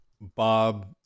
Bob